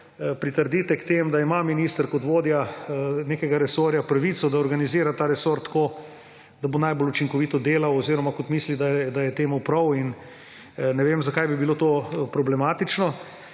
pritrdite k temu, da ima minister kot vodja nekega resorja pravico, da organizira ta resor tako, da bo najbolj učinkovito delal oziroma kot misli, da je temu prav. In ne vem, zakaj bi bilo to problematično.